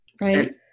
right